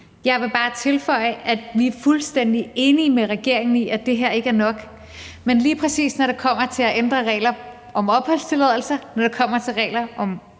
Jeg vil bare tilføje, at vi er fuldstændig enige med regeringen i, at det her ikke er nok. Men lige præcis når det kommer til at ændre regler om opholdstilladelse, og når det kommer til regler om